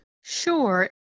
Sure